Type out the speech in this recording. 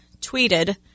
tweeted